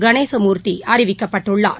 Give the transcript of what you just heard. கணேசமூர்த்திஅறிவிக்கப்பட்டுள்ளார்